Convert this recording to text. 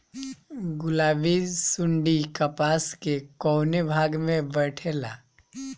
गुलाबी सुंडी कपास के कौने भाग में बैठे ला?